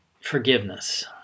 forgiveness